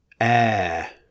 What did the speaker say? air